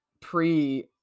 pre